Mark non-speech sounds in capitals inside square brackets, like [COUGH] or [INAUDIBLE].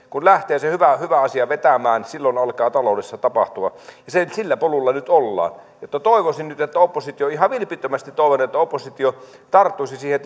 [UNINTELLIGIBLE] kun lähtee se hyvä asia vetämään silloin alkaa taloudessa tapahtua ja sillä polulla nyt ollaan toivoisin nyt ihan vilpittömästi toivon että oppositio tarttuisi siihen [UNINTELLIGIBLE]